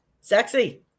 sexy